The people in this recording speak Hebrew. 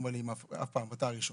הם אומרים שעם אף אחד ואני הראשון.